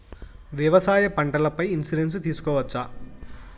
వ్యవసాయ పంటల పై ఇన్సూరెన్సు తీసుకోవచ్చా?